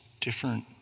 different